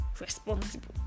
responsible